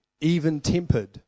even-tempered